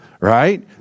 right